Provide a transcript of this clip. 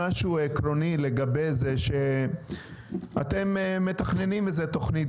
משהו עקרוני לגבי זה שאתם מתכננים איזו תכנית